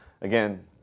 again